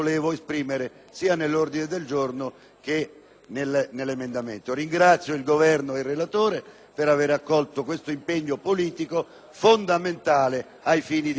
per aver accolto questo impegno politico, fondamentale ai fini di questo provvedimento.